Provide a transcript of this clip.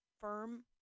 firm